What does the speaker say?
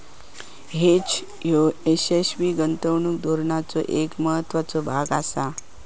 hedge ह्यो यशस्वी गुंतवणूक धोरणाचो एक महत्त्वाचो भाग आसा